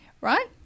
right